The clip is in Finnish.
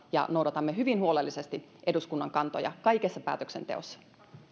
ja noudatamme hyvin huolellisesti eduskunnan kantoja kaikessa päätöksenteossa